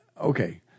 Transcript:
okay